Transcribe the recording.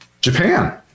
Japan